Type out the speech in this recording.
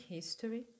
History